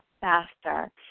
faster